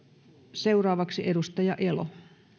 seuraavaksi edustaja elo